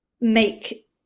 make